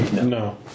No